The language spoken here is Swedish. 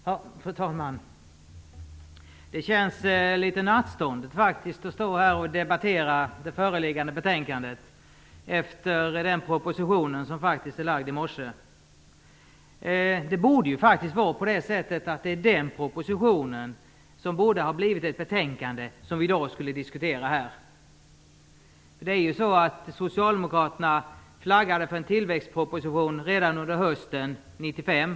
Fru talman! Det känns litet nattståndet faktiskt att stå här och debattera det föreliggande betänkandet efter den proposition som lades fram i morse. Det borde vara så att den propositionen hade blivit ett betänkande som vi i dag skulle diskutera här. Socialdemokraterna flaggade för en tillväxtproposition redan under hösten 95.